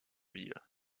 ville